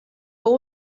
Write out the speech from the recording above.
fou